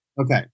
Okay